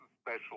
special